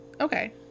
Okay